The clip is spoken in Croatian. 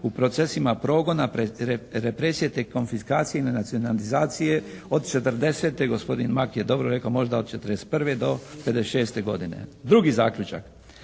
u procesima progona pred represije, te konfiskacije i nacionalizacije od 40.", gospodin Mak je dobro rekao, možda od 41. do 56. godine. Drugi zaključak.